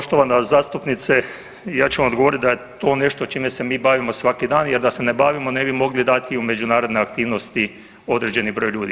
Poštovana zastupnice ja ću vam odgovoriti da je to nešto čime se mi bavimo svaki dan jer da se ne bavimo ne bi mogli dati u međunarodne aktivnosti određeni broj ljudi.